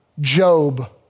Job